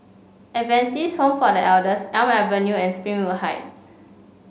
Adventist Home for The Elders Elm Avenue and Springwood Heights